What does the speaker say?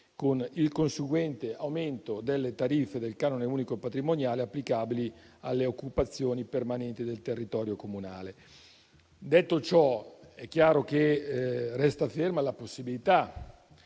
con il conseguente aumento delle tariffe del canone unico patrimoniale applicabili alle occupazioni permanenti del territorio comunale. Detto ciò, è chiaro che il Parlamento si